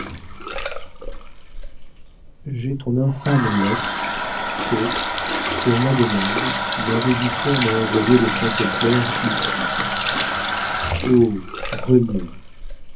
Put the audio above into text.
j'ai ton infâme lettre que sur ma demande mon régisseur m'a envoyée de chantepleurs ici oh renée